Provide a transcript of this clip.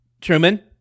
Truman